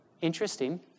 Interesting